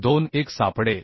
21 सापडेल